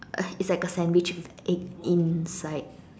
uh it's like a sandwich with eggs inside